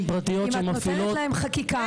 פרטיות שמפעילות --- אם את נותנת להם חקיקה,